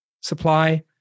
supply